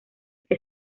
que